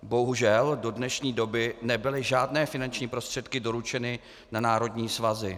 Bohužel do dnešní doby nebyly žádné finanční prostředky doručeny na národní svazy.